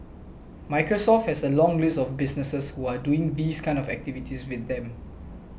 microsoft has a long list of businesses who are doing these kind of activities with them